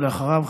ואחריו,